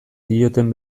zioten